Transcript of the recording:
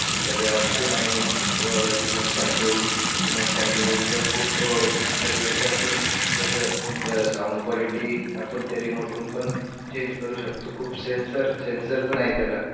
हे सगळे ऑप्शन आहे व रिमोट कंट्रोल रिमोट कंट्रोलवर पण खूप बढिया स असं त्याचं ग साऊंड क्वालिटी आपण त्या रिमोटहून पण चेंज करू शकतो खूप सेंसर सेंसर पण आहे त्याला